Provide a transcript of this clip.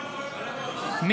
ירון, כל הכבוד.